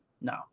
No